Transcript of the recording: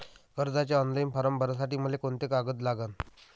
कर्जाचे online form भरासाठी मले कोंते कागद लागन?